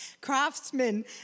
craftsmen